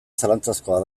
zalantzazkoa